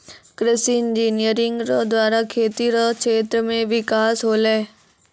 कृषि इंजीनियरिंग रो द्वारा खेती रो क्षेत्र मे बिकास होलै